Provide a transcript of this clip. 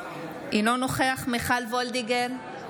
אינו נוכח מיכל מרים וולדיגר,